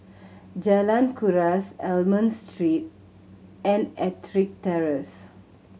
Jalan Kuras Almond Street and Ettrick Terrace